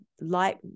light